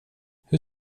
hur